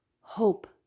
hope